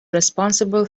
responsible